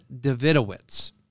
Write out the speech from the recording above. davidowitz